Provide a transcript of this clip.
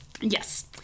Yes